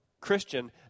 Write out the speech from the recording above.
Christian